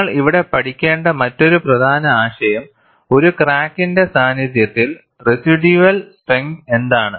നിങ്ങൾ ഇവിടെ പഠിക്കേണ്ട മറ്റൊരു പ്രധാന ആശയം ഒരു ക്രാക്കിന്റെ സാന്നിധ്യത്തിൽ റെസിഡ്യൂവൽ സ്ട്രെങ്ത് എന്താണ്